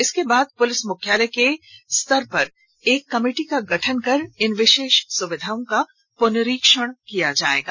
इसके उपरांत पुलिस मुख्यालय के स्तर पर एक कमिटी का गठन कर इन विशेष सुविधाओं का पुनरीक्षण किया जाएगा